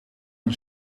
een